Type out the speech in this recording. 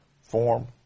form